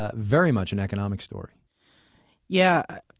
ah very much an economic story yeah,